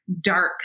dark